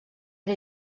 era